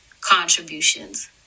contributions